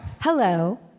Hello